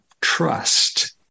trust